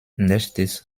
nächstes